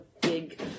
big